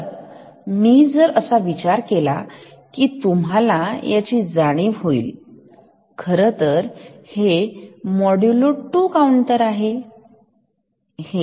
तर मी जर असा विचार केला कि तुम्हाला याची जाणीव होईल खरंतर हे मॉड्यूलो 2 काउंटर आहे